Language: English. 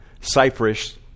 Cyprus